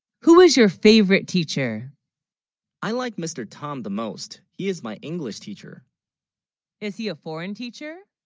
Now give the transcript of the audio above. who was your favorite teacher i like mr. tom the most he is my english teacher is he a foreign teacher